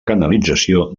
canalització